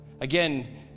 Again